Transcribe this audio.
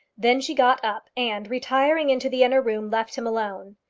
then she got up, and, retiring into the inner room, left him alone.